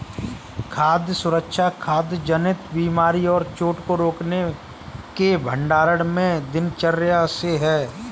खाद्य सुरक्षा खाद्य जनित बीमारी और चोट को रोकने के भंडारण में दिनचर्या से है